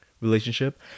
relationship